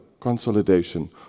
Consolidation